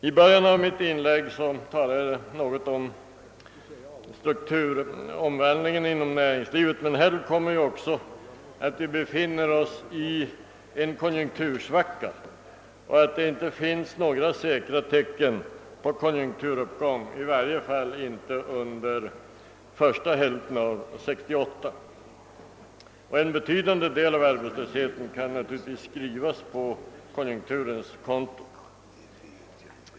I början av mitt inlägg talade jag något om strukturomvandlingen inom näringslivet. Härtill kommer att vi befinner oss i en konjunktursvacka och att det inte finns några säkra tecken på konjunkturuppgång, i varje fall inte under första hälften av år 1968. En betydande del av arbetslösheten kan naturligtvis skrivas på konjunkturens konto.